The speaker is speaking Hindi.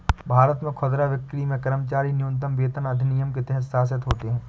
भारत में खुदरा बिक्री में कर्मचारी न्यूनतम वेतन अधिनियम के तहत शासित होते है